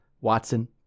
Watson